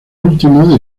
último